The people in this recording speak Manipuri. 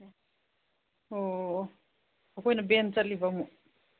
ꯑꯣ ꯑꯣ ꯑꯣ ꯑꯩꯈꯣꯏꯅ ꯕꯦꯟ ꯆꯠꯂꯤꯕ ꯑꯃꯨꯛ